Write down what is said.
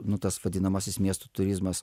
nu tas vadinamasis miestų turizmas